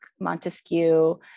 Montesquieu